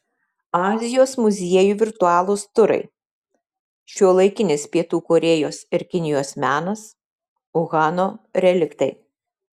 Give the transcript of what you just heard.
azijos muziejų virtualūs turai šiuolaikinis pietų korėjos ir kinijos menas uhano reliktai